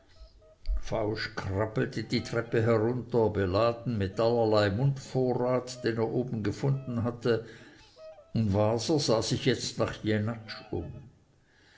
fausch krabbelte die treppe herunter beladen mit allerlei mundvorrat den er oben gefunden hatte und waser sah sich jetzt nach jenatsch um